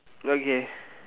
okay